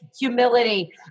humility